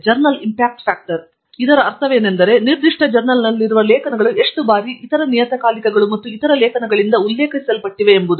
journal effect ಫ್ಯಾಕ್ಟರ್ನಿಂದ ನಾವು ಅರ್ಥವೇನೆಂದರೆ ನಿರ್ದಿಷ್ಟ ಜರ್ನಲ್ನಲ್ಲಿರುವ ಲೇಖನಗಳು ಎಷ್ಟು ಬಾರಿ ಇತರ ನಿಯತಕಾಲಿಕಗಳು ಮತ್ತು ಇತರ ಲೇಖನಗಳಿಂದ ಉಲ್ಲೇಖಿಸಲ್ಪಟ್ಟಿವೆ ಎಂಬುದು